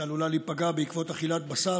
שעלולה להיפגע בעקבות אכילת בשר,